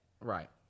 Right